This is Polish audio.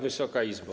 Wysoka Izbo!